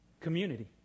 Community